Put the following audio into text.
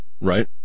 Right